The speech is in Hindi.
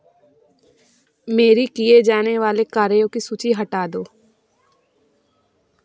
मेरी किए जाने वाले कार्यों की सूची हटा दो